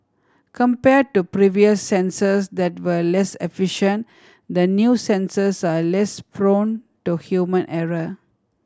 compared to previous sensors that were less efficient the new sensors are less prone to human error